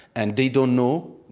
and they don't know,